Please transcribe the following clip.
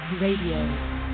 Radio